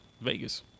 Vegas